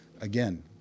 again